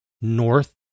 north